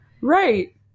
right